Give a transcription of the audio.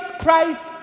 Christ